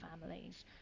families